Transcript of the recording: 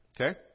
Okay